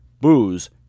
booze